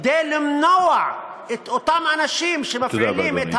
כדי למנוע את אותם אנשים שמפעילים,